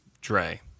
Dre